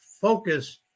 focus